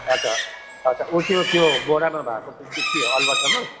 अच्छा अच्छा उत्यो त्यो बोरामा भएको चाहिँ त्यो के अलुवा चामल